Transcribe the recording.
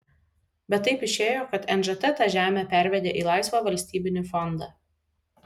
bet taip išėjo kad nžt tą žemę pervedė į laisvą valstybinį fondą